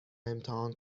امتحان